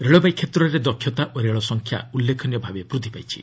ରେଳବାଇ କ୍ଷେତ୍ରରେ ଦକ୍ଷତା ଓ ରେଳ ସଂଖ୍ୟା ଉଲ୍ଲେଖନୀୟ ଭାବେ ବୃଦ୍ଧି ପାଇଛି